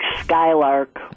Skylark